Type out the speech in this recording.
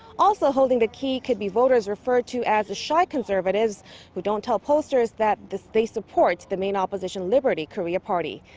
also holding the key could be voters referred to as shy conservatives who don't tell pollsters that they support the main opposition liberty korea party.